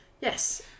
Yes